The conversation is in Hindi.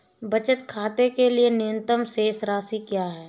बचत खाते के लिए न्यूनतम शेष राशि क्या है?